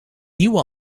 nieuwe